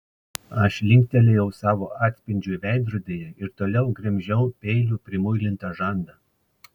aš linktelėjau savo atspindžiui veidrodyje ir toliau gremžiau peiliu primuilintą žandą